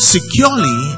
Securely